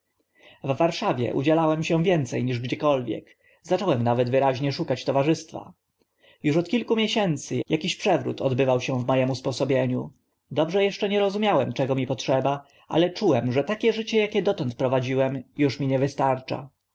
w warszawie udzielałem się więce niż gdziekolwiek zacząłem nawet wyraźnie szukać towarzystwa już od kilku miesięcy akiś przewrót odbywał się w moim usposobieniu dobrze eszcze nie rozumiałem czego mi potrzeba ale czułem że takie życie akie dotąd wiodłem uż mi nie wystarcza